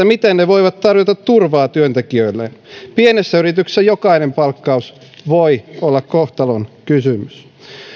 miten ne voivat tarjota turvaa työntekijöilleen pienessä yrityksessä jokainen palkkaus voi olla kohtalonkysymys